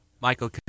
Michael